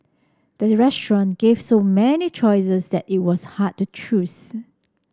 the restaurant gave so many choices that it was hard to choose